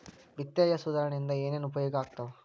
ವಿತ್ತೇಯ ಸುಧಾರಣೆ ಇಂದ ಏನೇನ್ ಉಪಯೋಗ ಆಗ್ತಾವ